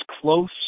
close